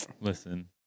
Listen